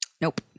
Nope